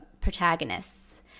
protagonists